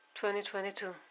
2022